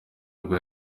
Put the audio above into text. nibwo